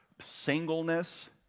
singleness